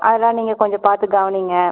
அதெல்லாம் நீங்கள் கொஞ்சம் பார்த்து கவனியுங்க